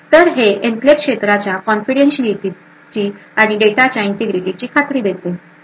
तर हे एन्क्लेव्ह क्षेत्राच्या कॉन्फिडन्टशीआलीटीची तसेच डेटाच्या इंटिग्रिटीची खात्री देते